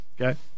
Okay